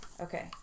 Okay